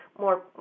more